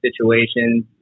situations